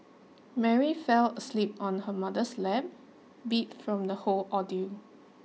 Mary fell asleep on her mother's lap beat from the whole ordeal